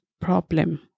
problem